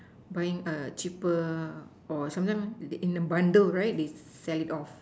buying err cheaper or sometimes in a bundle right they sell it off